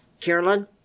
Carolyn